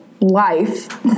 Life